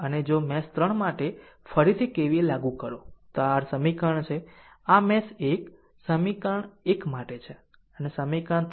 અને જો મેશ 3 માટે ફરીથી KVL લાગુ કરો આ r સમીકરણ છે આ મેશ 1 સમીકરણ 1 માટે છે અને મેશ 3 સમીકરણ માટે છે